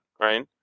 right